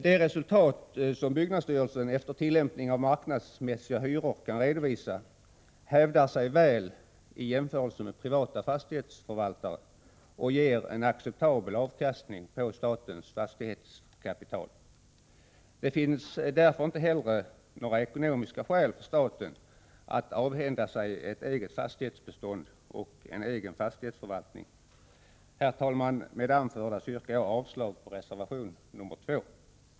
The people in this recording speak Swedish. Det resultat som byggnadsstyrelsen efter tillämpning av marknadsmässiga hyror kan redovisa, hävdar sig väli jämförelse med privata fastighetsförvaltares resultat och ger en acceptabel avkastning på statens fastighetskapital. Det finns därför inte heller några ekonomiska skäl för staten att avhända sig ett eget fastighetsbestånd och en egen fastighetsförvaltning. Herr talman! Med det anförda yrkar jag avslag på reservation nr 2.